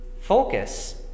focus